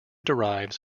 derives